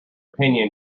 opinion